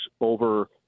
over